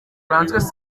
françois